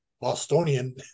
Bostonian